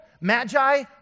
Magi